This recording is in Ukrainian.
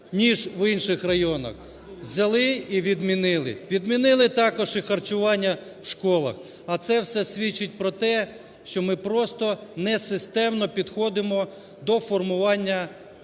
ніж в інших районах, взяли і відмінили. Відмінили також і харчування в школах, а це все свідчить про те, що ми просто несистемно підходимо до формування ,в